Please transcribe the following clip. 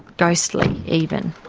ghostly even.